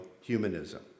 humanism